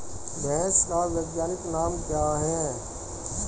भैंस का वैज्ञानिक नाम क्या है?